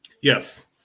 Yes